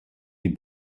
die